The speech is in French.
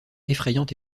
effrayante